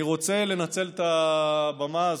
אני רוצה לנצל את הבמה הזאת,